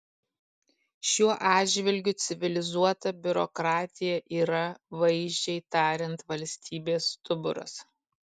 šiuo atžvilgiu civilizuota biurokratija yra vaizdžiai tariant valstybės stuburas